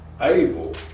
able